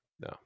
no